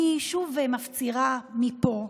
אני שוב מפצירה מפה,